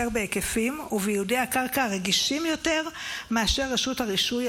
בהיקפים ובייעודי הקרקע הרגישים יותר מאשר רשות הרישוי,